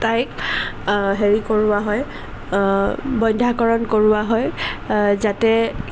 তাইক হেৰি কৰোৱা হয় বন্ধ্যাকৰণ কৰোৱা হয় যাতে